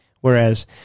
whereas